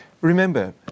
Remember